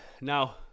Now